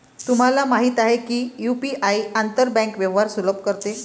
तुम्हाला माहित आहे का की यु.पी.आई आंतर बँक व्यवहार सुलभ करते?